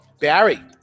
Barry